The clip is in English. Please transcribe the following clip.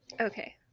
Okay